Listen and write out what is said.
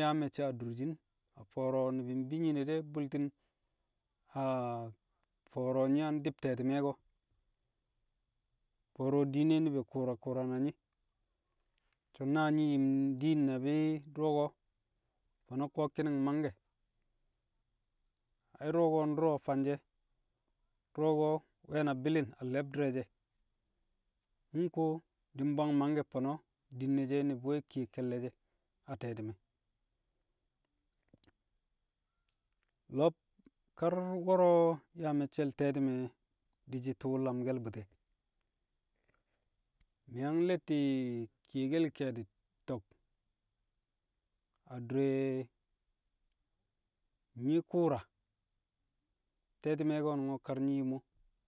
yaa me̱cce̱ a durshin. A fo̱o̱ro̱ ni̱bi̱ mbi nyi̱ne̱ de̱ bu̱lti̱n a- fo̱o̱ro̱ nyi̱ yang di̱b te̱ti̱me̱ ko̱, fo̱o̱ro̱ diine ni̱bi̱ ku̱u̱ra ku̱u̱ra na nyi̱, so̱ na nyi̱ yim diin na bi du̱ro̱ ko̱, fo̱no̱ ko̱ ki̱ni̱ng mangke̱. Ai du̱ro̱ ko̱ ndu̱ro̱ fanshẹ, du̱ro̱ ko̱ nwẹ na bi̱li̱n a le̱bdi̱r re̱ she̱. Mu̱ nkuwo di̱ mbwang mangkẹ, fo̱no̱ din ne shẹ ni̱bi̱ we̱ kiye ke̱lle̱ she̱ a te̱ti̱me̱. Lo̱b kar wo̱ro̱ yaa me̱cce̱l te̱tu̱me̱ di̱shi̱ tṵṵ lamke̱l bu̱ti̱ e̱. Mi̱ yang le̱tti̱ kiyekel ke̱e̱di̱ to̱k adure nyi̱ ku̱u̱ra te̱tu̱me̱ ko̱nu̱ngo̱ kar nyi̱ yim o.